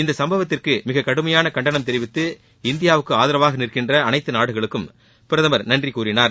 இந்த சம்பவத்திற்கு மிக கடுமையான கண்டனம் தெரிவித்து இந்தியாவுக்கு ஆதரவாக நிற்கின்ற அனைத்து நாடுகளுக்கும் பிரதமர் நன்றி கூறினார்